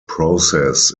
process